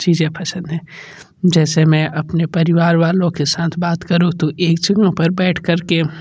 चीज़ें पसंद है जैसे मैं अपने परिवार वालों के साथ बात करूँ तो एक जगह पर बैठ कर के